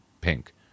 pink